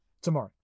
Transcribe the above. tomorrow